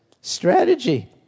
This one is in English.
Strategy